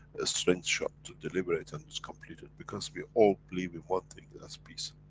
a strength shot to deliver it and is completed, because we all believe in one thing and that's peace.